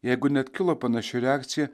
jeigu net kilo panaši reakcija